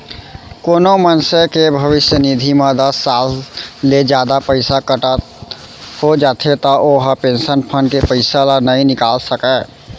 कोनो मनसे के भविस्य निधि म दस साल ले जादा पइसा कटत हो जाथे त ओ ह पेंसन फंड के पइसा ल नइ निकाल सकय